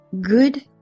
good